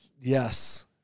Yes